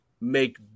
make